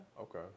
Okay